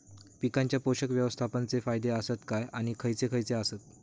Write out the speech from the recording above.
पीकांच्या पोषक व्यवस्थापन चे फायदे आसत काय आणि खैयचे खैयचे आसत?